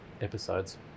episodes